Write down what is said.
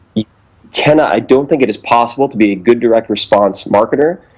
you cannot, i don't think it is possible to be a good direct-response marketer,